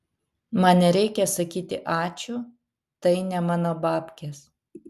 man nereikia sakyti ačiū tai ne mano babkės